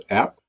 app